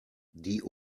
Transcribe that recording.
die